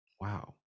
Wow